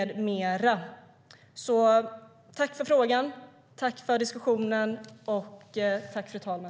Jag tackar för interpellationen och diskussionen.